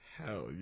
Hell